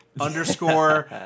Underscore